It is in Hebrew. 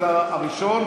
אתה הראשון,